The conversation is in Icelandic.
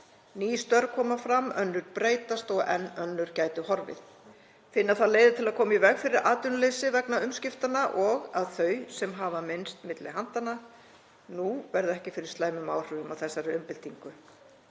Ný störf koma fram, önnur breytast og enn önnur gætu horfið. Finna þarf leiðir til að koma í veg fyrir atvinnuleysi vegna umskiptanna og að þau sem hafa minnst milli handanna nú verði ekki fyrir slæmum áhrifum af þessari umbyltingu.